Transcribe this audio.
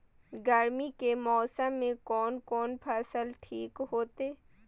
गर्मी के मौसम में कोन कोन फसल ठीक होते?